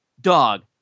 dog